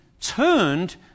turned